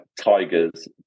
tigers